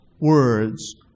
words